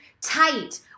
tight